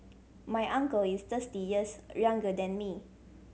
my uncle is thirsty years younger than me